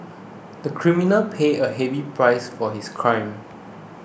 the criminal paid a heavy price for his crime